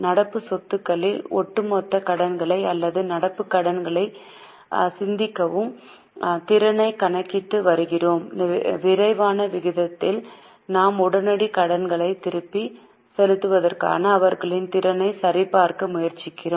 நடப்பு சொத்துகளில் ஒட்டுமொத்த கடனை அல்லது நடப்புக் கடனைச் சந்திக்கும் திறனைக் கணக்கிட்டு வருகிறோம் விரைவான விகிதத்தில் நாம் உடனடி கடனைத் திருப்பிச் செலுத்துவதற்கான அவர்களின் திறனைச் சரிபார்க்க முயற்சிக்கிறோம்